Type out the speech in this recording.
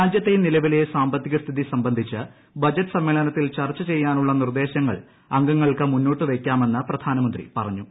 രാജ്യത്തെ നില്പിലെ സാമ്പത്തിക സ്ഥിതി സംബന്ധിച്ച് ബജറ്റ് സമ്മേളനത്തിൽ ചർച്ച ചെയ്യാനുള്ള നിർദ്ദേശങ്ങൾ അംഗങ്ങൾക്ക് മുന്നോട്ടുവയ്ക്കാമെന്ന് പ്രധാനമന്ത്രി പറഞ്ഞു